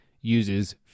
uses